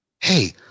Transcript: hey